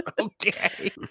okay